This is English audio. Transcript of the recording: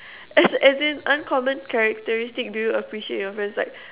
as as in uncommon characteristic do you appreciate your friends like